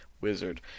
Wizard